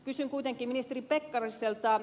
kysyn kuitenkin ministeri pekkariselta